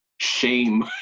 shame